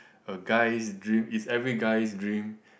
a guy's dream it's every guy's dream